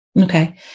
Okay